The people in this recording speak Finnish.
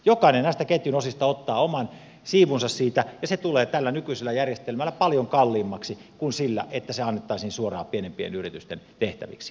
jokainen näistä ketjun osista ottaa oman siivunsa siitä ja se tulee tällä nykyisellä järjestelmällä paljon kalliimmaksi kuin se että se annettaisiin suoraan pienempien yritysten tehtäväksi